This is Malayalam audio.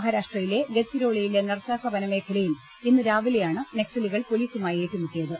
മഹാരാഷ്ട്രയിലെ ഗദ്ചിരോളിയിലെ നർകാസ വനമേഖലയിൽ ഇന്ന് രാവിലെയാണ് നക്സലുകൾ പൊലിസുമായി ഏറ്റുമുട്ടിയത്